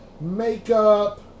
makeup